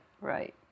right